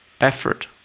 effort